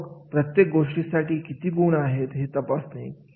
मग प्रत्येक गोष्टीसाठी किती गुण आहेत हे तपासणे